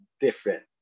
different